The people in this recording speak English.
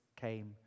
came